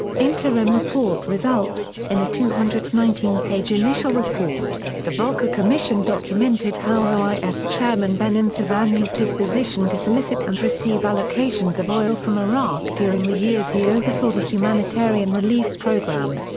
interim report results in a two hundred and nineteen page initial report the volcker commission documented how oif chairman benon sevan used his position to solicit and receive allocations of oil from iraq during the years he oversaw the humanitarian relief programme.